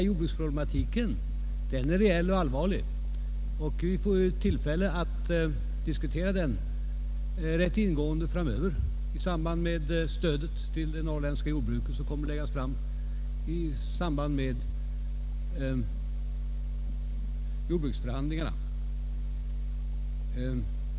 Jordbruksproblematiken är reell och allvarlig, och vi får tillfälle att diskutera den rätt ingående framöver i samband med det förslag om stödet till det norrländska jordbruket som kommer att framläggas under jordbruksförhandlingarna.